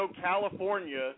California